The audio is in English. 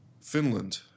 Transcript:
Finland